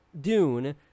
Dune